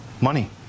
money